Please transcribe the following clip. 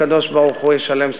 הקדוש-ברוך-הוא ישלם שכרם.